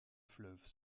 fleuve